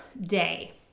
day